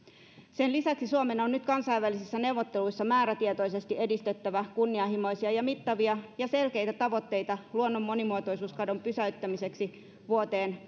sen lisäksi suomen on nyt kansainvälisissä neuvotteluissa määrätietoisesti edistettävä kunnianhimoisia ja mittavia ja selkeitä tavoitteita luonnon monimuotoisuuskadon pysäyttämiseksi vuoteen